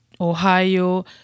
Ohio